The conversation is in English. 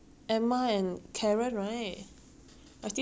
I still teaching you all how to swim 哪里有六年 lah